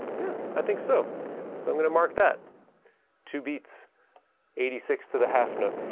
yeah i think so, so i'm going to mark that two beats eighty six to the half note.